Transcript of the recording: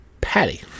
Patty